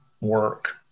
work